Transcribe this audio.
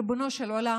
ריבונו של עולם,